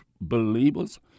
believers